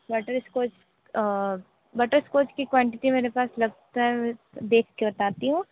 butterscotch butterscotch की क्वांटिटी मेरे पास लगता है देख कर बताती हूँ